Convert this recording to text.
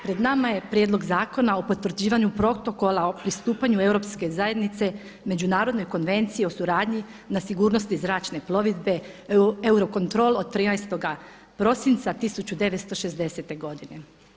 Pred nama je Prijedlog zakona o potvrđivanju Protokola o pristupanju Europske zajednici Međunarodnoj konvenciji o suradnji na sigurnosti zračne plovidbe Eurocontrol od 13. prosinca 1960. godine.